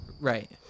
Right